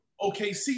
OKC